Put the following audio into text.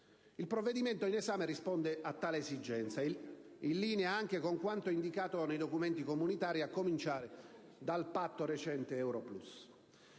Il provvedimento in esame risponde a tale esigenza, in linea anche con quanto indicato nei documenti comunitari a cominciare dal recente Patto